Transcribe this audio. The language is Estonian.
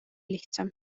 lihtsam